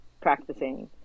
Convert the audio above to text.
practicing